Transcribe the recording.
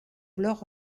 blog